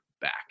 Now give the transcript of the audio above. back